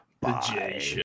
Bye